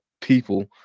people